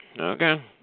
Okay